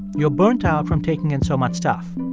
you're burnt out from taking in so much stuff.